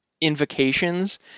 invocations